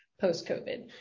post-COVID